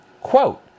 Quote